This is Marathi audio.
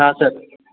हां सर